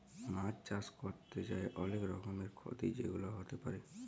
মাছ চাষ ক্যরতে যাঁয়ে অলেক রকমের খ্যতি যেগুলা হ্যতে পারে